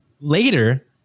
Later